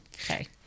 Okay